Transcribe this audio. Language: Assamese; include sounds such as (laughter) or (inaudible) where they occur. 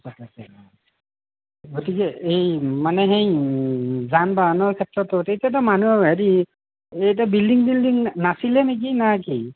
(unintelligible) গতিকে এই মানে এই যান বাহনৰ ক্ষেত্ৰত (unintelligible) এইটো এটা মানুহৰ হেৰি এইটো বিল্ডিং চিল্ডিং নাছিলে নে কি না কি